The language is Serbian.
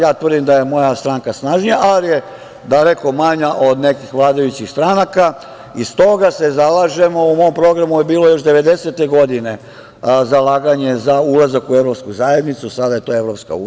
Ja tvrdim da je moja stranka snažnija, ali je daleko manja od nekih vladajućih stranaka i stoga se zalažemo, u mom programu je bilo još 90. godine zalaganje za ulazak u evropsku zajednicu, sada je to EU.